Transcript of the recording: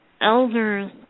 elders